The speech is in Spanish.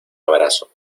abrazo